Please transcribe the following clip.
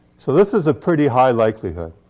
so this is a pretty high likelihood.